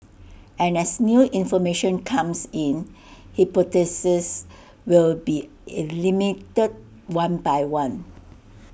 and as new information comes in hypotheses will be one by one